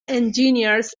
engineers